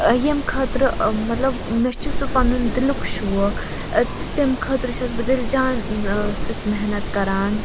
ییٚمہِ خٲطرٕ مطلب مےٚ چھُ سُہ پَنُن دِلُک شوق تہٕ تمہِ خٲطرٕ چھَس بہٕ دِل جان سۭتۍ محنت کَران